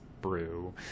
brew